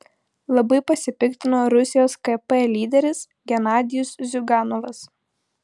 labai pasipiktino rusijos kp lyderis genadijus ziuganovas